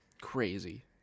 crazy